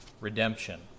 redemption